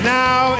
now